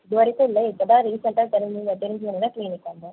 இது வரைக்கும் இல்லை இப்போ தான் ரீசண்ட்டா தெரிஞ்ச தெரிஞ்சு உங்கள் க்ளினிக் வந்தேன்